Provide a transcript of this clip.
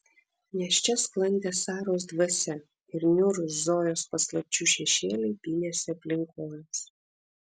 nes čia sklandė saros dvasia ir niūrūs zojos paslapčių šešėliai pynėsi aplink kojas